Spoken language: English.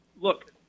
look